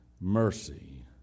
mercy